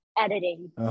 editing